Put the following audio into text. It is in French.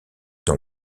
dans